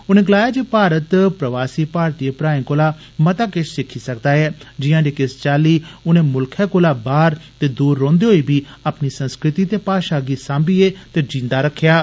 उनें गलाया जे भारत प्रवासी भारतीय भ्राएं कोला मता किष सिक्खी सकदा ऐ जियां जे किस चाली उनें मुल्खै कोला बाहर ते दूर रोहन्दे होई बी अपनी संस्कृति ते भाशा गी साम्बीए ते जीन्दा रखे दा ऐ